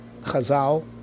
Chazal